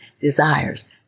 desires